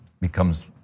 becomes